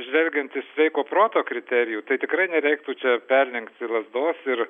žvelgiant iš sveiko proto kriterijų tai tikrai nereiktų čia perlenkti lazdos ir